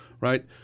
right